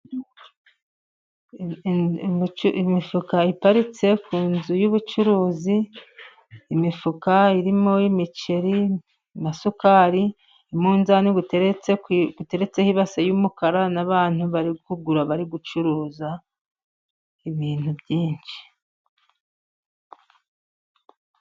Imifuka iparitse ku nzu y'ubucuruzi, imifuka irimo imiceri, amasukari, umunzani uteretse ku uteretseho ibase y'umukara, n'abantu bari kugura, bari gucuruza ibintu byinshi.